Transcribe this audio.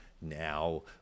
Now